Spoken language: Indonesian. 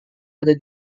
ada